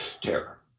Terror